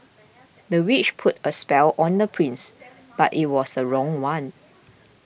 the witch put a spell on the prince but it was the wrong one